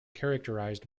characterised